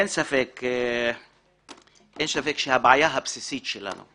אין ספק שהבעיה הבסיסית שלנו,